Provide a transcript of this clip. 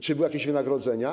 Czy były jakieś wynagrodzenia?